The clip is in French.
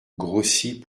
grossit